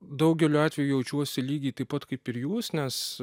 daugeliu atveju jaučiuosi lygiai taip pat kaip ir jūs nes